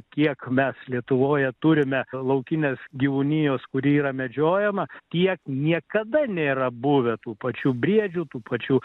kiek mes lietuvoje turime laukinės gyvūnijos kuri yra medžiojama tiek niekada nėra buvę tų pačių briedžių tų pačių